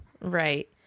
Right